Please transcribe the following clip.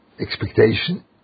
expectation